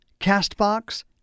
CastBox